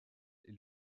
est